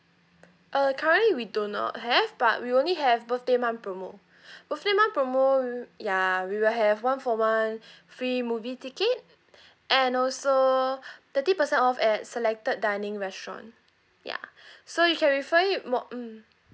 err currently we do not have but we only have birthday month promo birthday month promo ya we will have one whole month free movie ticket and also thirty percent off at selected dining restaurant ya so you can refer it more um